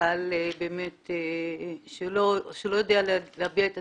קהל שלא יודע להביע את עצמו,